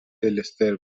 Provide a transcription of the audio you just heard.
دلستر